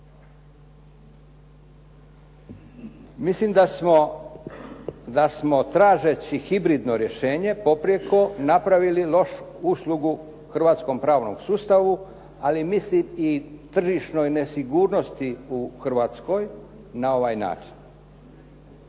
Mislim da smo tražeći hibridno rješenje poprijeko napravili lošu uslugu hrvatsko pravnom sustavu ali mislim i tržišnoj nesigurnosti u Hrvatskoj na ovaj način.